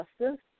justice